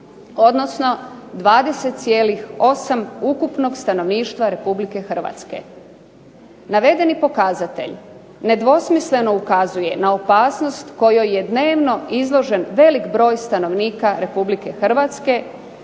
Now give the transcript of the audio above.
odnosno 20,8 ukupnog stanovništva Republike Hrvatske. Navedeni pokazatelj nedvosmisleno ukazuje na opasnost kojoj je dnevno izložen velik broj stanovnika Republike Hrvatske